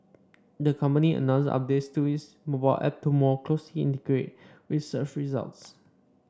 the company announced updates to its mobile app to more closely integrate news with search results